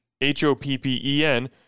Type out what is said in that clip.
H-O-P-P-E-N